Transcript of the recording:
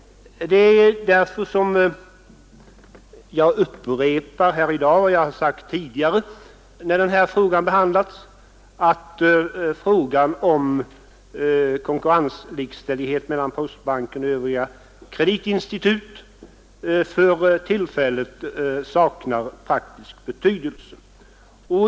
Det är därför som jag i dag upprepar vad jag sagt tidigare när detta ärende behandlats, att frågan om konkurrenslikställighet mellan postbanken och övriga kreditinstitut för tillfället saknar praktisk betydelse.